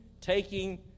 taking